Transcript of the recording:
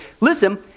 listen